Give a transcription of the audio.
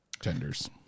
tenders